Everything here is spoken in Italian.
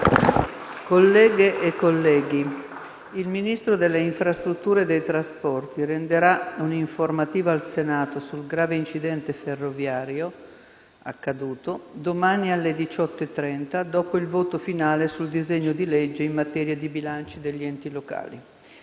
Colleghe e colleghi, il Ministro delle infrastrutture e dei trasporti renderà un'informativa al Senato sul grave incidente ferroviario accaduto domani, alle ore 18,30, dopo il voto finale sul disegno di legge in materia di bilanci degli enti locali.